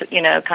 you know,